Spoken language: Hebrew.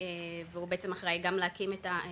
והוא בעצם אחראי גם להקים את הכביש,